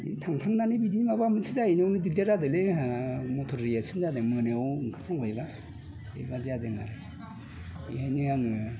थांखांनानै बिदि माबा मोनसे जाहैनायावनो दिगदार जादोंलै आंहा आंहा मथर एक्सिडेन्ट जादों मोनायाव ओंखारफ्रांबायब्ला बेबादि जादों आरो बेखायनो आङो